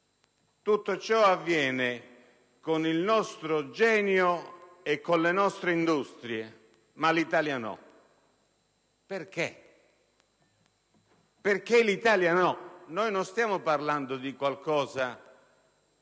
Tutto ciò avviene con il nostro genio e con le nostre industrie. In Italia no. Perché? Perché in Italia non accade? Noi non stiamo parlando di qualcosa